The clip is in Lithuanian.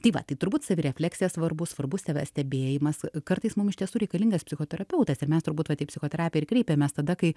tai va tai turbūt savirefleksija svarbu svarbu savęs stebėjimas kartais mum iš tiesų reikalingas psichoterapeutas ir mes turbūt vat į psichoterapiją ir kreipiamės tada kai